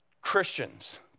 Christians